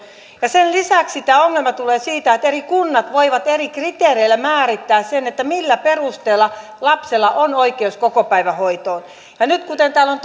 sen lisäksi tämä ongelma tulee siitä että eri kunnat voivat eri kriteereillä määrittää sen millä perusteella lapsella on oikeus kokopäivähoitoon ja nyt kuten täällä on